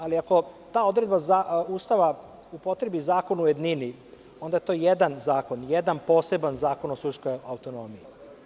Ali, ako ta odredba Ustava upotrebi zakon u jednini, onda je to jedan zakon, jedan poseban zakon o suštinskoj autonomiji.